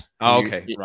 okay